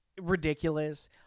ridiculous